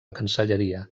cancelleria